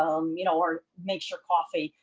um you know, or makes your coffee.